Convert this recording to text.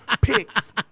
picks